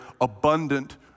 abundant